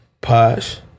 Posh